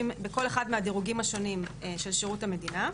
בכל אחד מהדירוגים השונים של שירות המדינה.